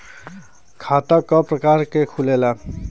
खाता क प्रकार के खुलेला?